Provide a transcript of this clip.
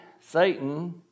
Satan